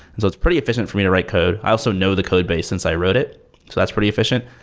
and so it's pretty efficient for me to write code. i also know the code base since i wrote it. so that's pretty efficient.